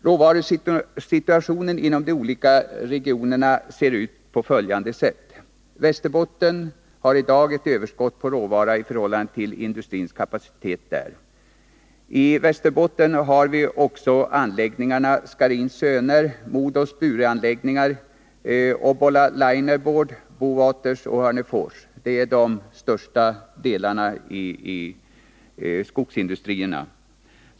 Råvarusituationen inom de olika regionerna ser ut på följande sätt: Västerbotten har i dag ett överskott på råvara i förhållande till industrins kapacitet. I Västerbotten har vi också anläggningarna Scharins Söner, MoDos Bureanläggning, Obbola Liner board, Bowaters och Hörnefors. Det är de stora delarna av skogsindustrin.